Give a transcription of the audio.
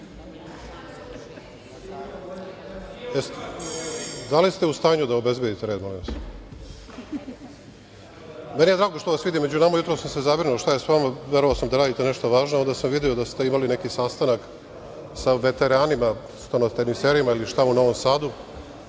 sam…Da li ste u stanju da obezbedite red? Meni je drago da vas vidim među nama. Jutros sam se zabrinuo šta je sa vama. Verovao sam da radite nešto važno, a onda sam video da ste imali neki sastanak sa veteranima, stonoteniserima u Novom Sadu,